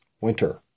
winter